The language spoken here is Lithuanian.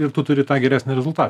ir tu turi tą geresnį rezultatą